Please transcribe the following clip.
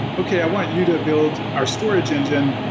okay, i want you to build our storage engine,